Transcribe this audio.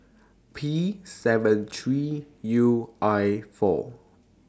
P seven three U I four